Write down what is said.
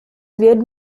wird